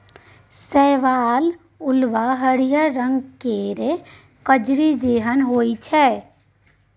शैवाल उल्वा हरिहर रंग केर कजली जेहन होइ छै